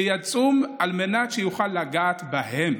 שיצום על מנת שיוכל לגעת בהם,